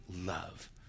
love